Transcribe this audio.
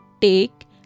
take